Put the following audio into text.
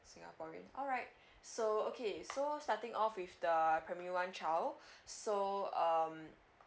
singaporean alright so okay so starting off with the primary one child so um